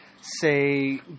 say